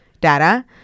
data